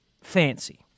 fancy